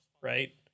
right